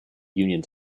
unions